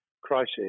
crisis